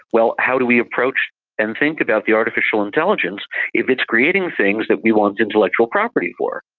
well, how do we approach and think about the artificial intelligence if it's creating things that we want intellectual property for.